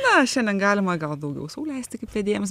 na šiandien galima gal daugiau sau leisti kaip vedėjams